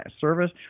service